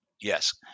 Yes